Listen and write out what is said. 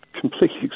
completely